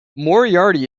moriarty